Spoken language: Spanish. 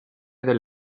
del